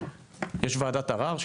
יש וועדת ערער?